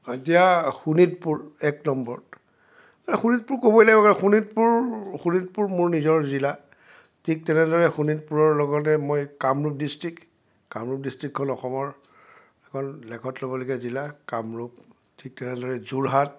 এতিয়া শোণিতপুৰ এক নম্বৰত এই শোণিতপুৰ ক'বই লাগিব কাৰণ শোণিতপুৰ শোণিতপুৰ মোৰ নিজৰ জিলা ঠিক তেনেদৰে শোণিতপুৰৰ লগতে মই কামৰূপ ডিষ্ট্ৰিক্ট কামৰূপ ডিষ্ট্ৰিক্টখন অসমৰ এখন লেখত ল'বলগীয়া জিলা কামৰূপ ঠিক তেনেদৰে যোৰহাট